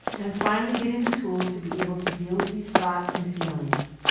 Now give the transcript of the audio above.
i'm finally getting the tools to be able to deal with these thoughts and feelings.